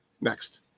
Next